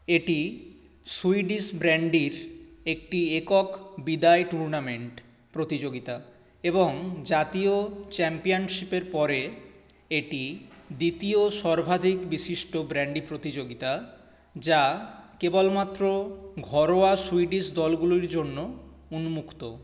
এটি সুইডিশ ব্র্যান্ডির একটি একক বিদায় টুর্নামেন্ট প্রতিযোগিতা এবং জাতীয় চ্যাম্পিয়নশিপের পরে এটি দ্বিতীয় সর্বাধিক বিশিষ্ট ব্র্যান্ডি প্রতিযোগিতা যা কেবলমাত্র ঘরোয়া সুইডিশ দলগুলির জন্য উন্মুক্ত